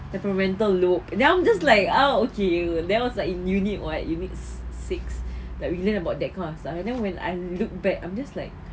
the parietal lobe then I'm just like oh okay then was like in unit what unit six that we learn about that kind of stuff and then when I look back I'm just like